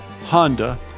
Honda